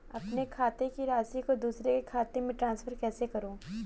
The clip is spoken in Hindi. अपने खाते की राशि को दूसरे के खाते में ट्रांसफर कैसे करूँ?